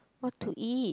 what to eat